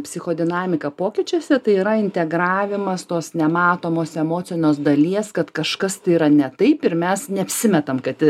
psichodinamika pokyčiuose tai yra integravimas tos nematomos emocinės dalies kad kažkas tai yra ne taip ir mes neapsimetam kad